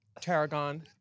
Tarragon